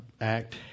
act